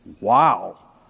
Wow